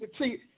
see